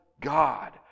God